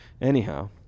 Anyhow